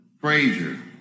Frazier